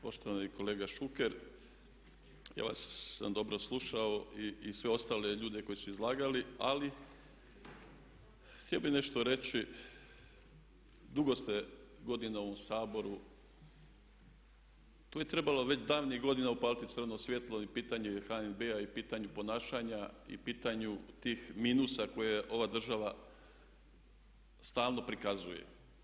Poštovani kolega Šuker, ja vas sam dobro slušao i sve ostale ljude koji su izlagali ali htio bih nešto reći, dugo ste godina u ovom Saboru, tu je trebalo već davnih godina upaliti crveno svjetlo i pitanje HNB-a i pitanje ponašanja i pitanju tih minusa koje ova država stalno prikazuje.